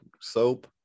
soap